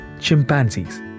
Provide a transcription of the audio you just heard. chimpanzees